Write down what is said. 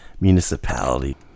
municipality